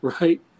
Right